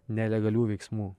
nelegalių veiksmų